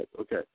Okay